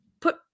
put